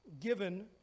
given